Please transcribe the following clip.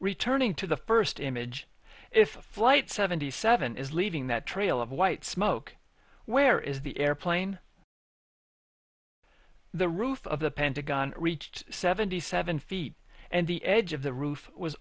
returning to the first image if flight seventy seven is leaving that trail of white smoke where is the airplane the roof of the pentagon reached seventy seven feet and the edge of the roof was